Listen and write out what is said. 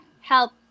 help